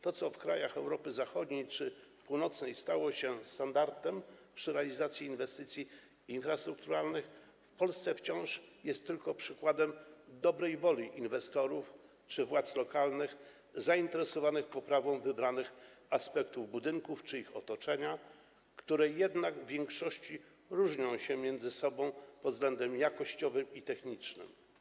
To, co w krajach Europy Zachodniej czy Północnej stało się standardem przy realizacji inwestycji infrastrukturalnych, w Polsce wciąż jest tylko przykładem dobrej woli inwestorów czy władz lokalnych zainteresowanych poprawą wybranych aspektów budynków czy ich otoczenia, które jednak w większości różnią się od siebie pod względem jakościowym i technicznym.